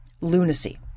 lunacy